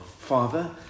Father